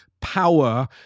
power